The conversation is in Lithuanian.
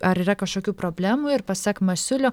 ar yra kažkokių problemų ir pasak masiulio